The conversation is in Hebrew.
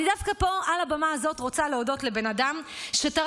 אני דווקא פה על הבמה הזאת רוצה להודות לבן אדם שתרם